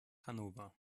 hannover